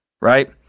Right